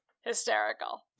hysterical